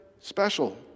special